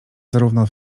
zarówno